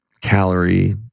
calorie